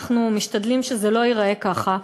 אנחנו משתדלים שזה לא ייראה ככה,